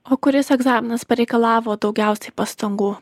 o kuris egzaminas pareikalavo daugiausiai pastangų